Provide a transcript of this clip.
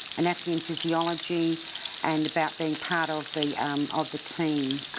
anatomy and physiology and about being part of the um of the team.